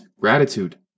gratitude